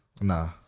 Nah